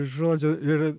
žodžiu ir